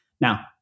Now